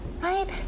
Right